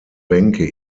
bänke